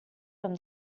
from